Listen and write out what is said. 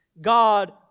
God